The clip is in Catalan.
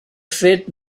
fet